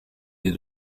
des